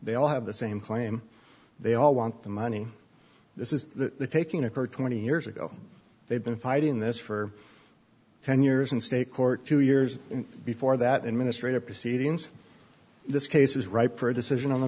they all have the same claim they all want the money this is the taking of her twenty years ago they've been fighting this for ten years in state court two years before that administrative proceedings this case is ripe for a decision on the